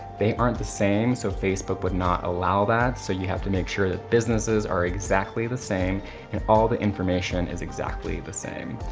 they aren't the same. so facebook would not allow that. so you have to make sure that businesses are exactly the same and all the information is exactly the same.